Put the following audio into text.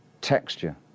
texture